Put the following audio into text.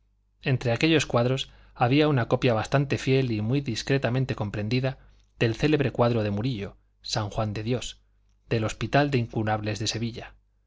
entre aquellos cuadros había una copia bastante fiel y muy discretamente comprendida del célebre cuadro de murillo san juan de dios del hospital de incurables de sevilla